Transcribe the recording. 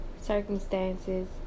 Circumstances